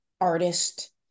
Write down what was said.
artist